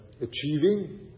achieving